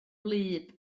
wlyb